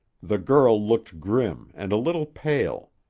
the girl looked grim and a little pale.